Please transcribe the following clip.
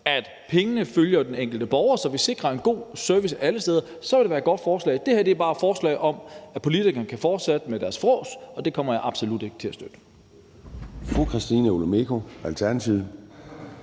at pengene fulgte den enkelte borger, så vi sikrede en god service alle steder, så ville det være et godt forslag. Det her er bare et forslag om, at politikerne kan fortsætte med deres frås, og det kommer jeg absolut ikke til at støtte.